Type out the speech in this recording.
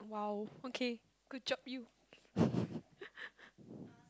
!wow! okay good job you